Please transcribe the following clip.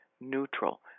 neutral